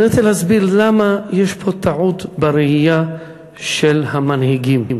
אני רוצה להסביר למה יש פה טעות בראייה של המנהיגים.